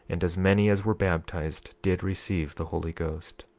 and as many as were baptized did receive the holy ghost.